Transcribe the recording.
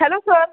hello sir